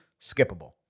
skippable